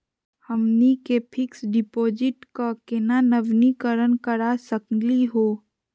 हमनी के fix deposit क केना नवीनीकरण करा सकली हो?